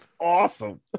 Awesome